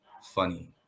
funny